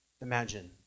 imagine